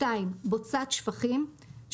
בוצת שפכים,